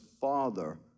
Father